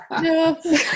No